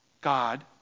God